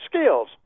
skills